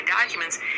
documents